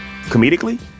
Comedically